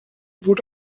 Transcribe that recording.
wurde